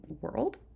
world